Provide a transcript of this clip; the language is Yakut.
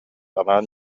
анаан